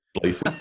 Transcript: places